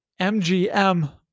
MGM